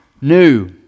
new